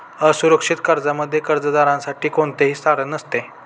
असुरक्षित कर्जामध्ये कर्जदारासाठी कोणतेही तारण नसते